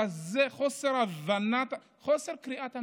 כזה חוסר הבנה, חוסר קריאת המציאות,